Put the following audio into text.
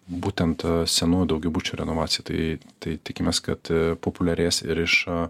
būtent senų daugiabučių renovacijai tai tai tikimės kad populiarės ir iš